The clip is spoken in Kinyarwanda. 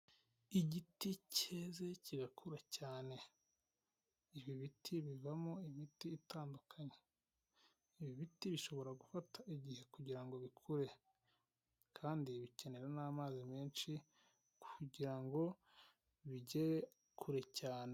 Igiti cyeze kirakura cyane, ibi biti bivamo imiti itandukanye, ibi biti bishobora gufata igihe kugirango bikure, kandi bikenewe n'amazi menshi kugirango bigere kure cyane.